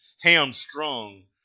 hamstrung